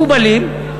מקובלים,